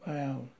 Wow